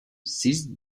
seized